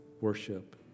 worship